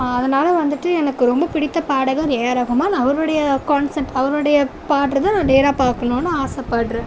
அதனால் வந்துட்டு எனக்கு ரொம்ப பிடித்த பாடகர் ஏ ஆர் ரஹமான் அவருடைய கான்சர்ட் அவருடைய பாடுறது நான் நேராக பார்க்கணும்னு ஆசைபடறேன்